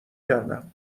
کردم